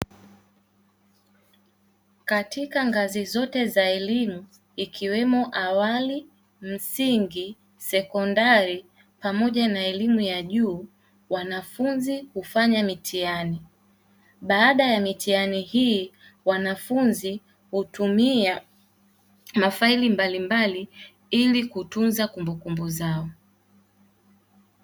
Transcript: Katika ngazi zote za elimu ikiwemo awali, msingi, sekondari pamoja na elimu ya juu; wanafunzi hufanya mitihani. Baada ya mitihani hii wanafunzi hutumia mafaili mbalimbali ili kutunza kumbukumbu zao.